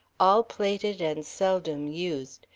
all plated and seldom used,